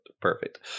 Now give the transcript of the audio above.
Perfect